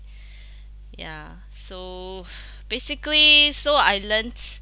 ya so basically so I learnt